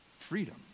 freedom